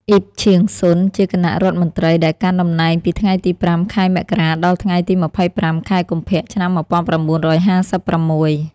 អ៊ិប ឈាងស៊ុន ជាគណៈរដ្ឋមន្ត្រីដែលកាន់តំណែងពីថ្ងៃទី ៥ ខែមករា ដល់ថ្ងៃទី ២៥ ខែកុម្ភៈ ឆ្នាំ១៩៥៦។